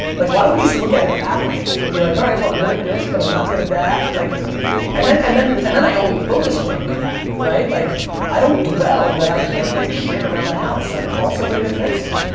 like why don't we just look at it that way? and be like, alright, i'm good at this but i'm not good at that. like and then and then and i only focus what i'm good at right? like i don't dwell that i can't fix shit around the house. i call somebody to fix it.